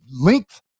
length